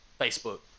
Facebook